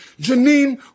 Janine